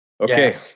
Okay